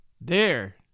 There